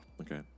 Okay